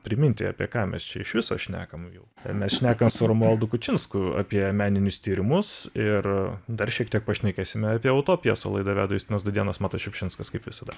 priminti apie ką mes čia iš viso šnekam jau mes šnekam su romualdu kučinsku apie meninius tyrimus ir dar šiek tiek pašnekėsime apie utopijas o laidą veda justinas dudėnas matas šiupšinskas kaip visada